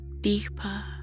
deeper